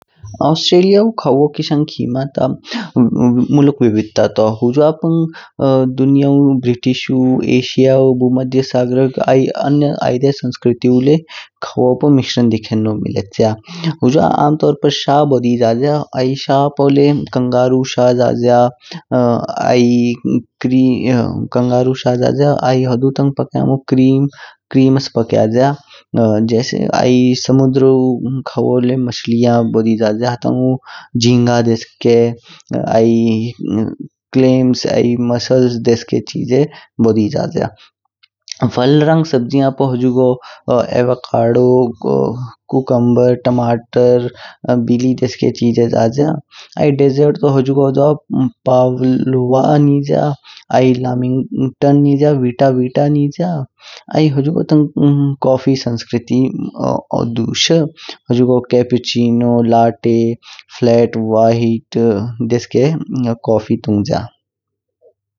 ऑस्ट्रेलियऊ खवू किशंग खिमा ता मुलुक विधता तू। हुजा दुनियऊ ब्रिटिशु, ऐसौ, भु-मध्य सागर आइ अन्य संस्कृतु ल्य खवू पू मिश्रण दिखेंनो मिलच्य। हुजा आम तोर पर्र शा बोडि जा जया आइ शा पूले कंगारु शा जज्या, आइ कंगारु शा जज्या आइ हुडु तांग प्क्यामो क्रीम्स प्क्याजा आइ जैसे समुध्रो खवू ले मछली बोडि जज्या हतौ जिंगा देशके आइ क्लेम्स आइ मसल्स देशके चीजे बोडि जा जया। फल रंग सब्जिया पो हुजुगो अवाकाडो, कुकुंबर, टमाटर, बिल्ली देशके चीजे जा जया। आइ डेजर्ट हुजुगो द्वा पुवाला निजया आइ लामिंटन निजया, वित विवा निजया आइ हुजगु तांग कॉफी संस्कृत दुश। हुजुगो कैप्पेरचिनो, लाटे, फ्लाट व्हाइट देशके कॉफी तुंज्या।